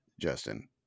Justin